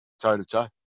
toe-to-toe